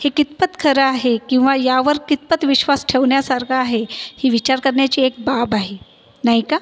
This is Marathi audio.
हे कितपत खरं आहे किंवा यावर कितपत विश्वास ठेवण्यासारखं आहे ही विचार करण्याची एक बाब आहे नाही का